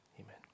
Amen